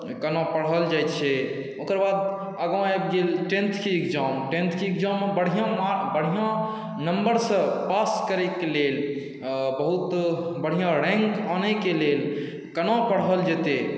केना पढ़ल जाइ छै ओकर बाद हमर आबि गेल टेंथके एग्जाम टेंथके एग्जाममे बढ़िऑं मार्क बढ़िऑं नम्बरसँ पास करऽ के लेल बहुत बढ़िऑं रैंक आनैके लेल केना पढ़ल जेतै